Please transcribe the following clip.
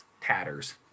tatters